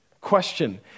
question